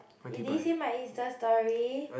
you didn't see my Insta story